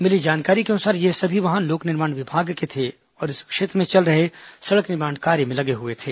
मिली जानकारी के अनुसार ये सभी वाहन लोक निर्माण विभाग के थे और इस क्षेत्र में चल रहे सड़क निर्माण कार्य में लगे हुए थे